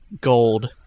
gold